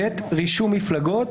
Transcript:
הוראת שעה חוק המפלגות,